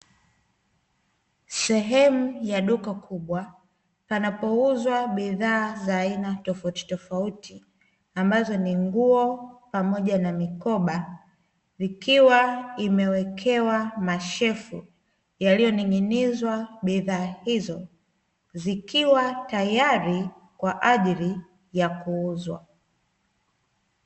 Sehemu ya duka kubwa panapo uzwa bidhaa za aina tofautitofauti, ambazo ni nguo pamoja na mikoba vikiwa imewekewa mashelfu yaliyoninginizwa bidhaa hizo zikiwa tayari kwa ajili ya kuuzwa.